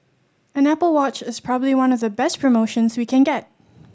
an Apple Watch is probably one the best promotions we can get